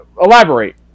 Elaborate